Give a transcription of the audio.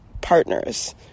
partners